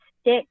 stick